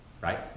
right